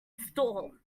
stall